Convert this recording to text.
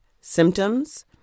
symptoms